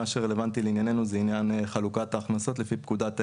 מה שרלוונטי לענייננו זה עניין חלוקת ההכנסות לפי פקודת העיריות.